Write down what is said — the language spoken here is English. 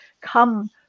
come